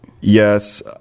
Yes